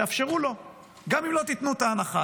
תאפשרו לו גם אם לא תיתנו את ההנחה.